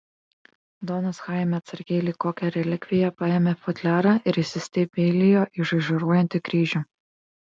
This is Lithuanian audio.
donas chaime atsargiai lyg kokią relikviją paėmė futliarą ir įsistebeilijo į žaižaruojantį kryžių